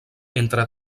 entre